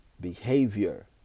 behavior